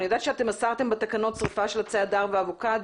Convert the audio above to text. אני יודעת שאתם אסרתם בתקנות שריפה של עצי הדר ואבוקדו.